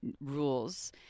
rules